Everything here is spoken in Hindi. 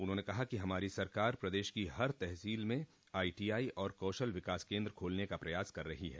उन्होंने कहा कि हमारी सरकार प्रदेश की हर तहसील में आईटीआई और कौशल विकास केन्द्र खोलने का प्रयास कर रही है